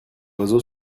oiseaux